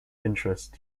interest